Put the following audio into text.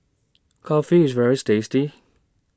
Kulfi IS very tasty